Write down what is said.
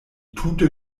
tute